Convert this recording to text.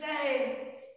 say